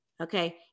okay